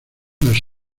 los